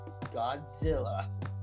Godzilla